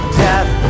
death